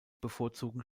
bevorzugen